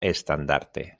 estandarte